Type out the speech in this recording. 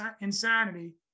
insanity